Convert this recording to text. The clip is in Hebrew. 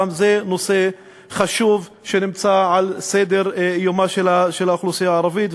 גם זה נושא חשוב שנמצא על סדר-יומה של האוכלוסייה הערבית,